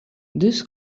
this